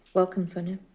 welcome, sonya.